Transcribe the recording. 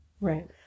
Right